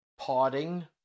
podding